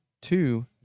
two